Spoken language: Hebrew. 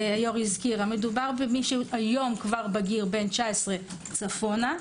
מדובר במי שהוא היום בגיר בן 19 צפונה,